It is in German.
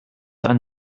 ein